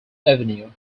avenue